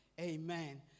Amen